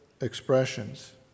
expressions